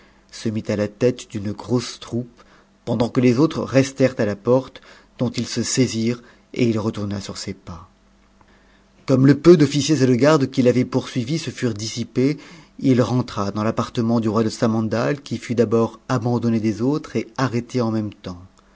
se mit à la tête ne gt ossctroupe pendant que les autres t'cstprcnï la porte dont ils se saisirent et it retourna sur ses pas comme le peu d'ofucierset de fan qui l'avaient poursuivi se furent dissipés il rentra dans l'appartctttchj du roi de samandat qui fut d'abord abandonné des autres et arrête co même temps